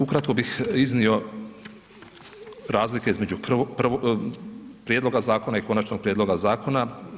Ukratko bih iznio razlike između prvog, prijedloga zakona i konačnog prijedloga zakona.